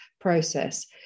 process